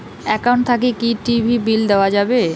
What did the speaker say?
Account থাকি কি TV bill দেওয়া যাবে?